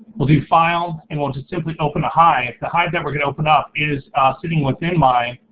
we'll do file and we'll just simply open a hive. the hive that we're gonna open up is sitting within my